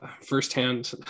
firsthand